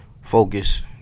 Focus